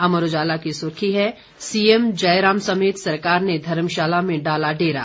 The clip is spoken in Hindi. अमर उजाला की सुर्खी है सीएम जयराम समेत सरकार ने धर्मशाला में डाला डेरा